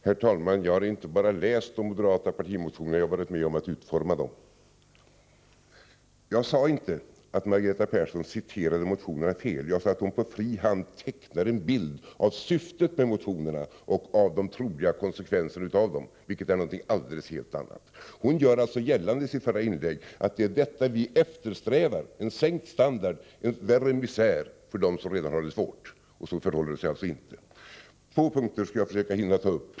Herr talman! Jag har inte bara läst de moderata motionerna, jag har varit med om att utforma dem. Jag sade inte att Margareta Persson citerade motionerna fel. Jag sade att hon på fri hand tecknar en bild av syftet med motionerna och av de troliga konsekvenserna av dem, vilket är någonting helt annat. I sitt förra inlägg gör hon alltså gällande att det är detta vi eftersträvar — en sänkt standard, en värre misär för dem som redan har det svårt. Så förhåller det sig alltså inte. Två punkter skall jag försöka hinna ta upp.